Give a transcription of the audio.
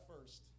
first